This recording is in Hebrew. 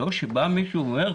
זה לא שבא מישהו ואומר,